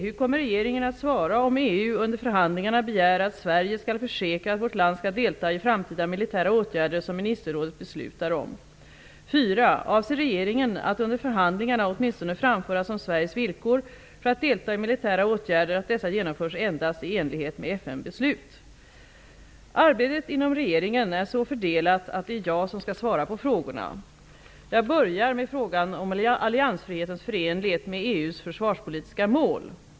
Hur kommer regeringen att svara om EU under förhandlingarna begär att Sverige skall försäkra att vårt land skall delta i framtida militära åtgärder som ministerrådet beslutar om? 4. Avser regeringen att under förhandlingarna åtminstone framföra som Sveriges villkor för att delta i militära åtgärder att dessa genomförs endast i enlighet med FN-beslut? Arbetet inom regeringen är så fördelat att det är jag som skall svara på frågorna. Jag börjar med frågan om alliansfrihetens förenlighet med EU:s försvarspolitiska mål.